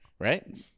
Right